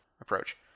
approach